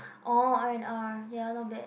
oh R and R ya not bad